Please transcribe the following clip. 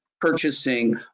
Purchasing